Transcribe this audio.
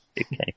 Okay